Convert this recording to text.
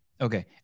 Okay